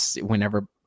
whenever